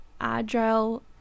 agile